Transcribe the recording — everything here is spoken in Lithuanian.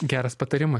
geras patarimas